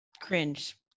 cringe